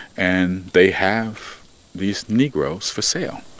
and they have these negroes for sale,